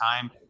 time